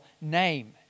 name